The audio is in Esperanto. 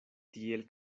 tiel